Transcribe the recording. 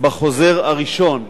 בחוזר הראשון,